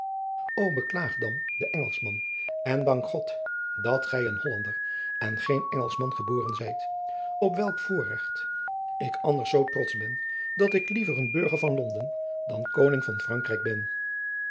o beklaag dan den engelschman en dank god dat gij een hollander en geen engelschman geboren zijt op welk voorredt ik anders zoo trotsch ben dat ik liever een burger van londen dan koning van frankrijk ben